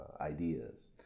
ideas